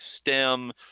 stem